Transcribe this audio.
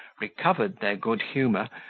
recovered their good humour,